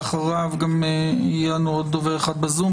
לאחריה יהיה עוד דובר אחד בזום,